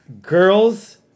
girls